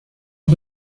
los